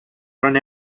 run